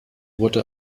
wurde